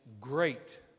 Great